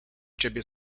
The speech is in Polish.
ciebie